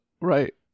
Right